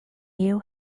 you